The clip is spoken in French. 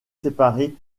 séparées